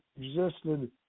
existed